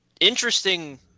interesting